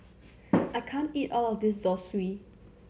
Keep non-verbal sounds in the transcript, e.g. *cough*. *noise* I can't eat all of this Zosui